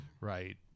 right